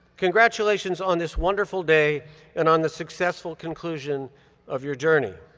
congratulations on this wonderful day and on the successful conclusion of your journey.